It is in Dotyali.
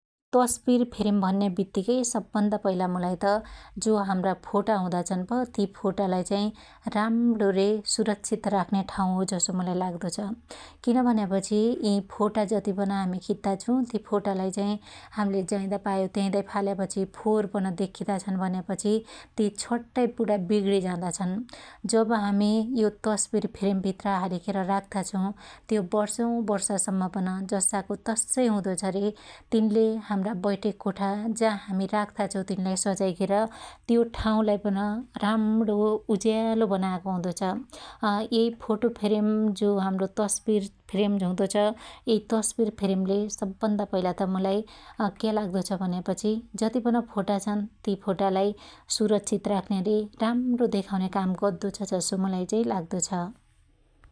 तष्बिर फ्रेम भन्या बित्तीकै सब भन्दा पहिला मुलाई त जो हाम्रा फोटा हुदा छन प ति फोटालाई चाहि राम्रो रे सुरक्षीत राख्न्या ठाँउ हो जसो मुलाई लाग्दो छ । किन भन्यापछि यि फोटा जतिपन हामि खित्ता छु ति फोटालाई चाहि हाम्ले जाइदापायो त्याईदा फाल्यापछि फोहोर पन द्ख्खीदा छन भन्यापछि ति छट्टाइ पुणा बिग्णीजादा छन । जब हामि यो तष्बिर फ्रेम भित्र हालिखेर राख्ता छु त्यो व्रसै वर्ष सम्म पन जस्साको तस्सै हुदो छ रे तिनले हाम्रा बैठेक कोठा जा हामि राख्ता छु तिन्लाई सजाईखेर त्यो ठाँउलाई पन राम्णो उज्यालो बनाको हुदो छ । यै फोटो फ्रेम जो हाम्रो तष्बिर फ्रेमज हुदो छ यै तष्बिर फ्रेमले सब भन्दा पहिला त मुलाई क्या लाग्दो छ भन्यापछि जति पन फोटा छन ति फोटालाई सुरक्षीत राख्न्या रे राम्रो देखाउन्या काम गद्दो छ जसो चाई मुलाई लाग्दो छ ।